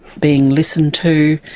being listened to,